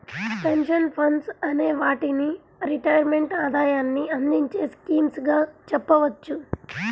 pension funds అనే వాటిని retirement ఆదాయాన్ని అందించే స్కీమ్స్ గా చెప్పవచ్చు